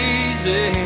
easy